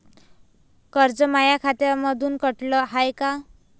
कर्ज माया खात्यामंधून कटलं हाय का?